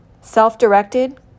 self-directed